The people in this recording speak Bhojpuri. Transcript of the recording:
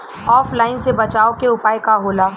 ऑफलाइनसे बचाव के उपाय का होला?